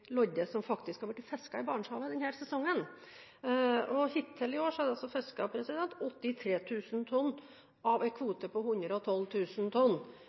lodde som faktisk har blitt fisket i Barentshavet denne sesongen. Hittil i år er det fisket 83 000 tonn av en kvote på 112 000. På samme tid i fjor var det fisket 40 000 tonn.